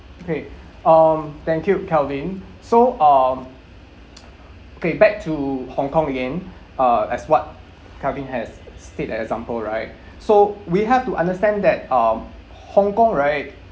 okay um thank you calvin so um okay back to hong kong again uh as what calvin has state as example right so we have to understand that um hong kong right